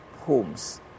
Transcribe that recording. homes